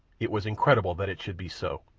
it was incredible that it should be so.